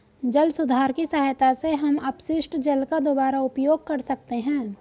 जल सुधार की सहायता से हम अपशिष्ट जल का दुबारा उपयोग कर सकते हैं